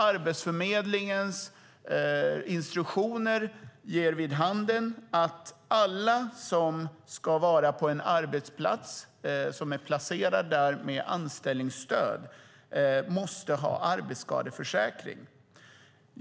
Arbetsförmedlingens instruktioner säger att alla som är placerade på en arbetsplats med anställningsstöd måste ha arbetsskadeförsäkring.